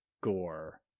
Gore